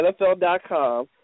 NFL.com